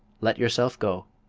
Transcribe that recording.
let yourself go.